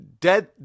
dead